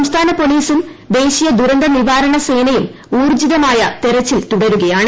സംസ്ഥാന പോലീസും ദേശീയ ദുരന്തനിവാരണ സേനയും ഊർജ്ജിതമായ തെരച്ചിൽ തുടരുകയാണ്